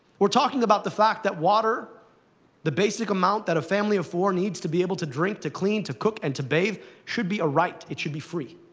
we're talking about the fact that water the basic amount that a family of four needs, to be able to drink, to clean, to cook, and to bathe should be a right. it should be free.